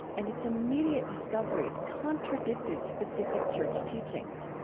and its immediate discoveries contradicted specific church teachings.